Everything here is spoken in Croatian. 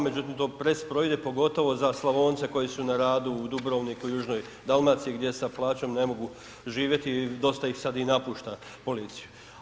Međutim, to presporo ide pogotovo za Slavonce koji su na radu u Dubrovniku, u južnoj Dalmaciji gdje sa plaćom ne mogu živjeti, dosta ih sad i napušta policiju.